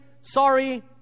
sorry